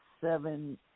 seven